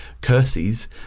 curses